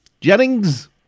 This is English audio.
Jennings